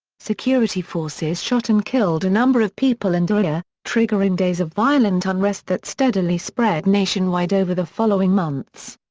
security forces shot and killed a number of people in deraa, triggering days of violent unrest that steadily spread nationwide over the following months.